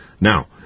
Now